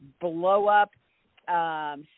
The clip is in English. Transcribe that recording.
blow-up